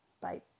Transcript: Bye